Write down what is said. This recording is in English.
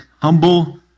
humble